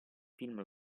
film